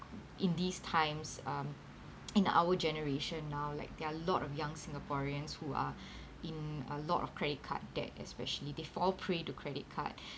in these times um in our generation now like there're lot of young singaporeans who are in a lot of credit card debt especially they fall prey to credit card